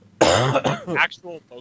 Actual